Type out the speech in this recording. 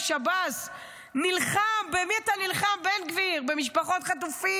שהיא כבר בת חמש, הייתה נשארת בשבי.